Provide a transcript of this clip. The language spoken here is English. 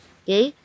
okay